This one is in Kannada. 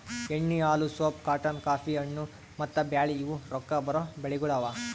ಎಣ್ಣಿ, ಹಾಲು, ಸೋಪ್, ಕಾಟನ್, ಕಾಫಿ, ಹಣ್ಣು, ಮತ್ತ ಬ್ಯಾಳಿ ಇವು ರೊಕ್ಕಾ ಬರೋ ಬೆಳಿಗೊಳ್ ಅವಾ